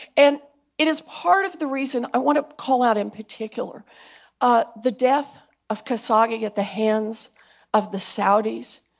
and it is part of the reason i want to call out in particular ah the death of khashoggi at the hands of the saudis.